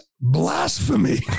blasphemy